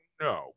no